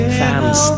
fans